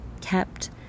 kept